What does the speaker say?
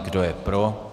Kdo je pro?